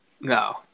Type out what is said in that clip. No